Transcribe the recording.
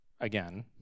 again